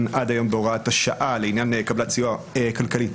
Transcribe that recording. עד היום בהוראת השעה לעניין קבלת סיוע כלכלי,